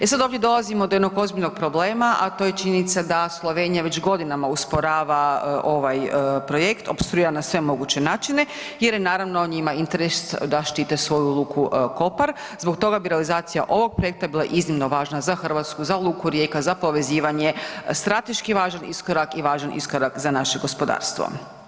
E sad ovdje dolazimo do jednog ozbiljnog problema a to je činjenica da Slovenija već godinama usporava ovaj projekt, opstruira na sve moguće načine jer je naravno njima interes da štite svoju luku Kopar, zbog toga bi realizacija ovog projekta bila iznimno važna za Hrvatsku, za luku Rijeka, za povezivanje, strateški važan iskorak i važan iskorak za naše gospodarstvo.